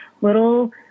little